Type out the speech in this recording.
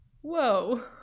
Whoa